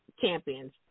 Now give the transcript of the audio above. champions